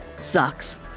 sucks